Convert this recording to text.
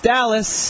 Dallas